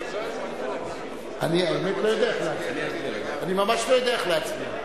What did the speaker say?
אני ממש לא יודע איך להצביע.